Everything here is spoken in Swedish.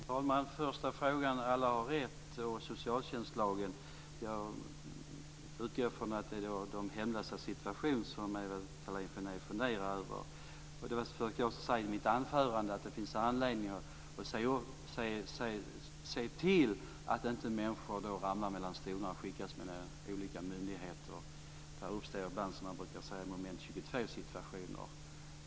Fru talman! Den första frågan gällde rätten och socialtjänstlagen. Jag utgår från att det är de hemlösas situation som Ewa Thalén Finné funderar över. Jag försökte säga i mitt anförande att det finns anledning att se till att inte människor ramlar mellan stolarna och skickas mellan olika myndigheter. Det uppstår ibland, som man brukar säga, moment 22-situationer.